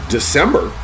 December